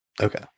Okay